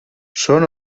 són